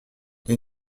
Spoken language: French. les